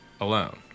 alone